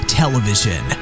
television